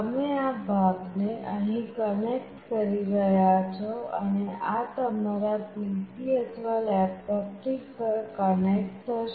તમે આ ભાગને અહીં કનેક્ટ કરી રહ્યાં છો અને આ તમારા PC અથવા લેપટોપથી કનેક્ટ થશે